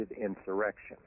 insurrection